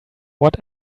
what